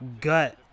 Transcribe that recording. gut